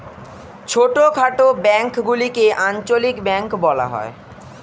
ছোটখাটো ব্যাঙ্কগুলিকে আঞ্চলিক ব্যাঙ্ক বলা হয়